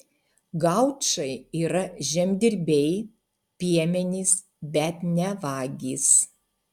gaučai yra žemdirbiai piemenys bet ne vagys